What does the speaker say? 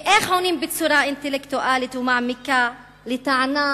איך עונים בצורה אינטלקטואלית ומעמיקה לטענה